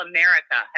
America